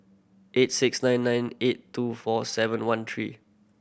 eight six nine nine eight two four seven one three